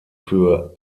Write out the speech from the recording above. für